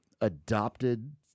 adopted